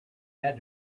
had